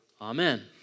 amen